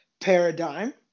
paradigm